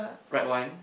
right one